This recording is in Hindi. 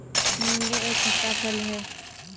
नीबू एक खट्टा फल है